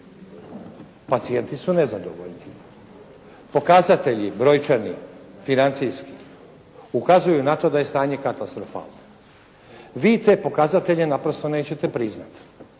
Pacijenti su nezadovoljni. Pokazatelji brojčani, financijski ukazuju na to da je stanje katastrofalno. Vi te pokazatelje naprosto nećete priznati.